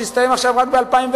תסתיים רק ב-2010.